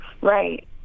Right